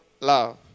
love